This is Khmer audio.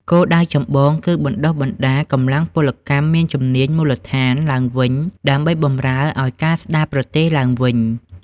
គោលដៅចម្បងគឺបណ្តុះបណ្តាល កម្លាំងពលកម្មមានជំនាញមូលដ្ឋាន ឡើងវិញ ដើម្បីបម្រើឱ្យការស្តារប្រទេសឡើងវិញ។